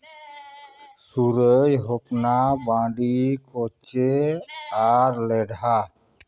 ᱥᱩᱨᱟᱹᱭ ᱦᱚᱯᱱᱟ ᱵᱟᱹᱫᱤ ᱠᱚᱪᱮ ᱟᱨ ᱞᱮᱰᱷᱟ